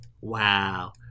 Wow